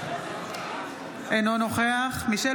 אינו נוכח מישל